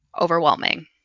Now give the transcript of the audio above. overwhelming